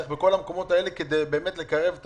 צריך בכל המקומות האלה כדי לקרב את